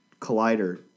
Collider